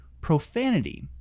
profanity